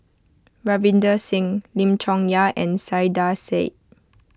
Ravinder Singh Lim Chong Yah and Saiedah Said